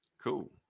Cool